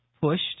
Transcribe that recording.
pushed